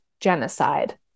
genocide